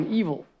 evil